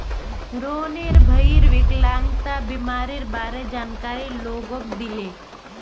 रोहनेर भईर विकलांगता बीमारीर बारे जानकारी लोगक दीले